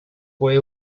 fue